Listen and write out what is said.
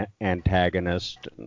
antagonist